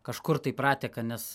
kažkur tai prateka nes